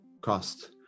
cost